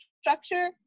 structure